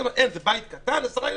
זה בבית קטן ויש להם 10 ילדים.